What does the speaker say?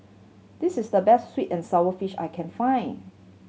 this is the best sweet and sour fish I can find